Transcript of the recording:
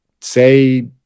say